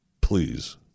Please